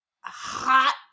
hot